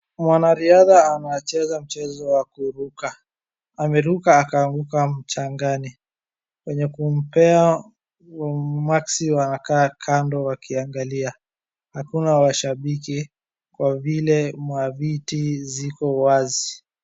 Mwanariadha anacheza mchezo wa kuruka. Ameruka akaanguka mchangani. Wenye kumpea maksi wanakaa kando wakiangalia. Hakuna washabiki kwa vile maviti ziko wazi.